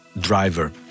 driver